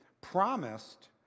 promised